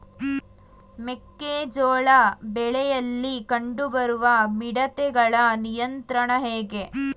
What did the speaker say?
ಮೆಕ್ಕೆ ಜೋಳ ಬೆಳೆಯಲ್ಲಿ ಕಂಡು ಬರುವ ಮಿಡತೆಗಳ ನಿಯಂತ್ರಣ ಹೇಗೆ?